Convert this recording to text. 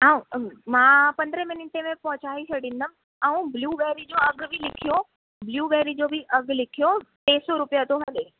हा मां पंद्रहं मिंटे में पहुचाए छॾींदमि ऐं ब्लू बैरी जो अघ बि लिखियो ब्लू बैरी जो बि अघ लिखियो टे सौ रुपयो थो हले